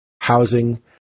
housing